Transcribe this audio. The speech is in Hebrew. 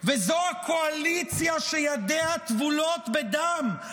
וזו הקואליציה שידיה טבולות בדם,